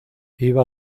iba